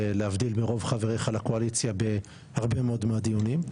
להבדיל מרוב חבריך לקואליציה בהרבה מאוד מהדיונים.